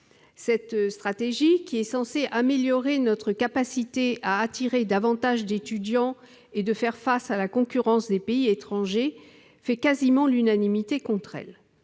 Cette stratégie, censée améliorer notre capacité à attirer davantage d'étudiants et à faire face à la concurrence des pays étrangers, fait quasiment l'unanimité contre elle.